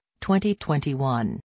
2021